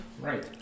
Right